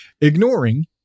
Ignoring